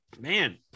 Man